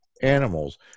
animals